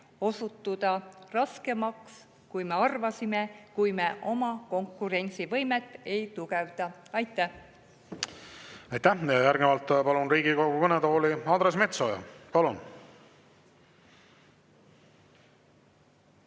osutuda raskemaks, kui me arvasime, kui me oma konkurentsivõimet ei tugevda. Aitäh! Aitäh! Järgnevalt palun Riigikogu kõnetooli Andres Metsoja. Palun!